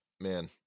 man